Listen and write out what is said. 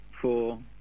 four